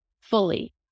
fully